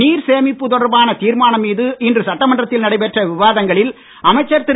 நீர் சேமிப்பு தொடர்பான தீர்மானம் மீது இன்று சட்டமன்றத்தில் நடைபெற்ற விவாதங்களில் அமைச்சர் திரு